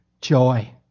joy